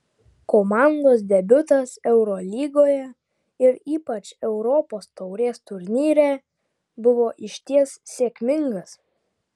komandos debiutas eurolygoje ir ypač europos taurės turnyre buvo išties sėkmingas